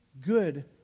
good